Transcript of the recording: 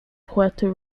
puerto